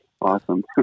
Awesome